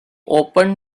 opened